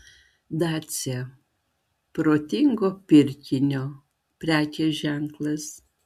dacia protingo pirkinio prekės ženklas